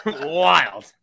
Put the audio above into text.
wild